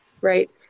right